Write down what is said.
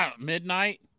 Midnight